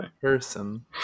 person